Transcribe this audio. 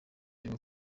ariwe